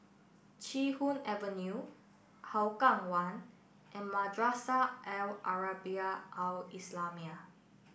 Chee Hoon Avenue Hougang One and Madrasah Al Arabiah Al Islamiah